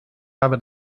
habe